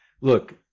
Look